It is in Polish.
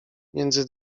między